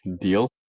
Deal